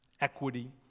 equity